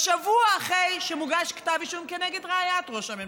בשבוע אחרי שמוגש כתב אישום נגד רעיית ראש הממשלה,